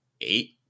eight